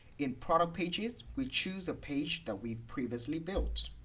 in product pages, we'll choose a page that we've previously built